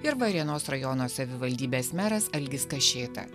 ir varėnos rajono savivaldybės meras algis kašėta